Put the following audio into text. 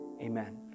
Amen